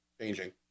changing